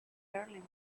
darling